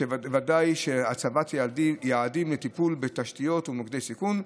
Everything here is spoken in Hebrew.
בוודאי שהצבת יעדים לטיפול בתשתיות ומוקדי סיכון,